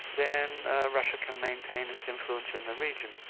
then russia can maintain its influence in the region.